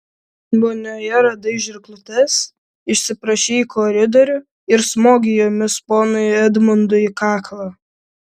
vonioje radai žirklutes išsiprašei į koridorių ir smogei jomis ponui edmundui į kaklą